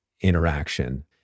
interaction